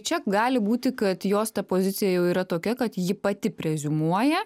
čia gali būti kad jos ta pozicija jau yra tokia kad ji pati preziumuoja